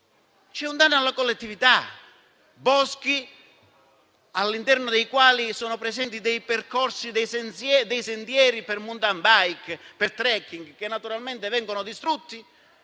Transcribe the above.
un danno alla collettività. Si tratta di boschi all'interno dei quali sono presenti dei percorsi, dei sentieri per *mountain bike*, per *trekking*, che naturalmente vengono distrutti,